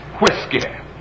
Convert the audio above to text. whiskey